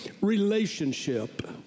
relationship